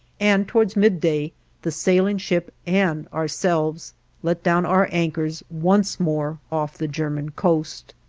and towards midday the sailing ship and ourselves let down our anchors once more off the german coast.